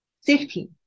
safety